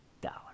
dollar